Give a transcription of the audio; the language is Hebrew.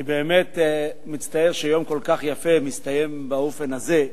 אני באמת מצטער שיום כל כך יפה מסתיים באופן הזה,